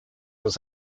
was